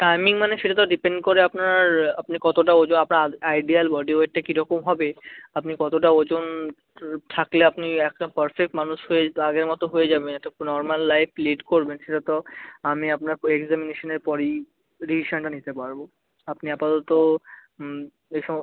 timing মানে সেটা তো ডিপেন্ড করে আপনার আপনি কতোটা ওজন আপনার আইডিয়াল বডি ওয়েটটা কী রকম হবে আপনি কতোটা ওজন থাকলে আপনি একটা পারফেক্ট মানুষ হয়ে আগের মতো হয়ে যাবেন একটা নরমাল লাইফ লিড করবেন সেটা তো আমি আপনার এক্সামিনেশানের পরেই ডিসিশানটা নিতে পারবো আপনি আপাতত এসব